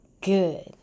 good